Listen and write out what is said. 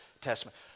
Testament